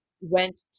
went